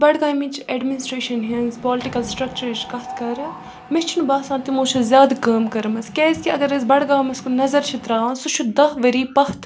بَڈگامٕچ ایٚڈمنِسٹریشَن ہِنٛز پولٹِکَل سٹرٛکچَرٕچ کَتھ کَرٕ مےٚ چھُنہٕ باسان تِمو چھِ زیادٕ کٲم کٔرمٕژ کیٛازِکہِ اگر أسۍ بَڈگامَس کُن نظر چھِ ترٛاوان سُہ چھُ دَہ ؤری پَتھ